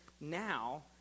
now